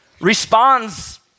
responds